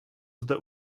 zde